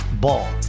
Ball